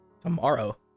Tomorrow